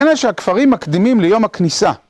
אלא שהכפרים מקדימים ליום הכניסה